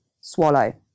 swallow